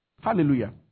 Hallelujah